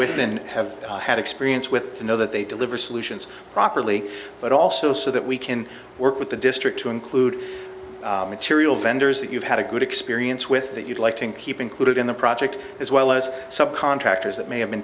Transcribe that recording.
within have had experience with the know that they deliver solutions properly but also so that we can work with the district to include material vendors that you've had a good experience with that you'd like to keep included in the project as well as subcontractors that may have been